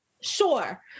Sure